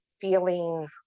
feeling